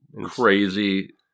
crazy